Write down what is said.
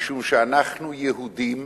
משום שאנחנו יהודים